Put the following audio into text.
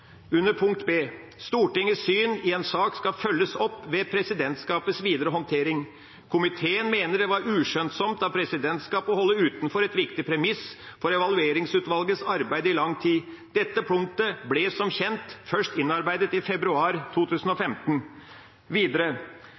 under B: «Stortingets syn i en sak skal følges opp ved presidentskapets videre håndtering. Komiteen mener det var uskjønnsomt av presidentskapet å holde utenfor et viktig premiss for Evalueringsutvalgets arbeid i lang tid. Dette punktet ble som kjent først innarbeidet i februar 2015.» Og videre: